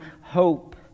hope